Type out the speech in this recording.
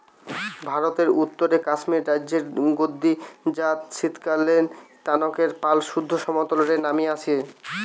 ভারতের উত্তরে কাশ্মীর রাজ্যের গাদ্দি জাত শীতকালএ তানকের পাল সুদ্ধ সমতল রে নামি আইসে